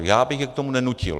Já bych je k tomu nenutil.